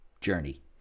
journey